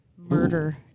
Murder